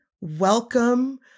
welcome